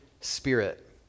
spirit